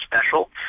special